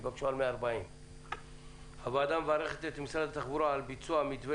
יבקשו על 140. הוועדה מברכת את משרד התחבורה על ביצוע מתווה